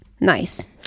Nice